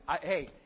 Hey